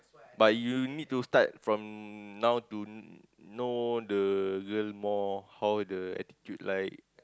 but you need to start from now to know the girl more how the attitude like